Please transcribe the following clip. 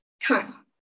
time